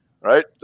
right